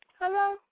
Hello